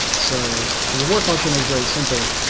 so the reward function is very simple.